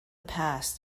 past